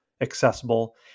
accessible